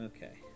Okay